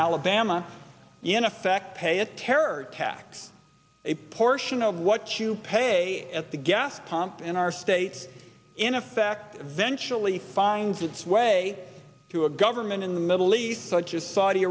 alabama in effect pay a terror attack a portion of what you pay at the gas pump in our states in effect eventually finds its way to a government in the middle east such as saudi